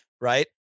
right